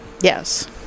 Yes